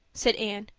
said anne,